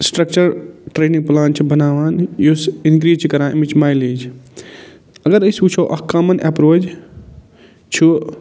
structure training plan چھِ بناوان یُس اِنٛکریٖز چھِ کران أمِچ مایلیج اگر أسۍ وٕچھو اَکھ کامَن اٮ۪پروچ چھُ